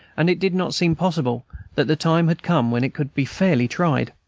and it did not seem possible that the time had come when it could be fairly tried.